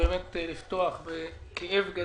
אפתח בכאב גדול,